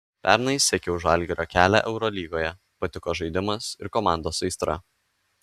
pernai sekiau žalgirio kelią eurolygoje patiko žaidimas ir komandos aistra